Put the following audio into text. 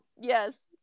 yes